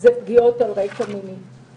הן פגיעות על רקע מיני.